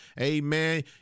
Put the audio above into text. Amen